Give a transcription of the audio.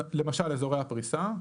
למשל אזורי הפריסה.